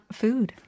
food